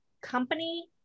company